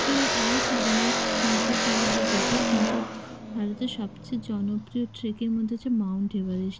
কেউ অ্যালাও করেনি আমাকে সেইভাবে যেতে কিন্তু ভারতের সবচেয়ে জনপ্রিয় ট্রেকের মধ্যে হচ্ছে মাউন্ট এভারেস্ট